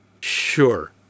Sure